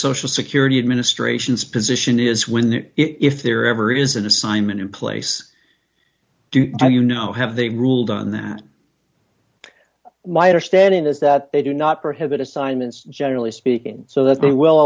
social security administration's position is when if there ever is an assignment in place do you know have they ruled on that my understanding is that they do not prohibit assignments generally speaking so that they will